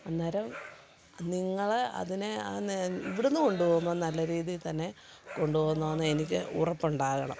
അന്നേരം നിങ്ങൾ അതിനെ ഇവിടെന്ന് കൊണ്ടു പോകുമ്പം നല്ല രീതി തന്നെ കൊണ്ടു പോകുന്നു എനിക്ക് ഉറപ്പുണ്ടാകണം